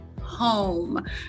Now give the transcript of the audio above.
home